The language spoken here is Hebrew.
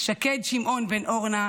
שקד שמעון בן אורנה,